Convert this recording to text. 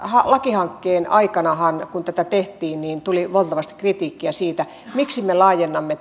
lakihankkeen aikanahan kun tätä tehtiin tuli valtavasti kritiikkiä siitä miksi me laajennamme